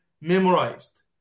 memorized